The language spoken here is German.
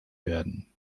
werden